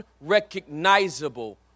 unrecognizable